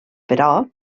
però